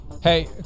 Hey